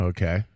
Okay